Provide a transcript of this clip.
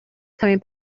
coming